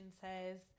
says